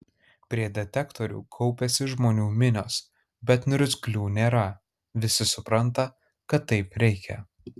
prie detektorių kaupiasi žmonių minios bet niurzglių nėra visi supranta kad taip reikia